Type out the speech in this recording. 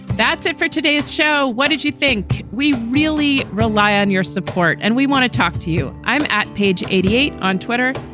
that's it for today's show. what did you think? we really rely on your support. and we want to talk to you. i'm at page eighty eight on twitter.